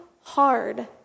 hard